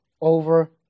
over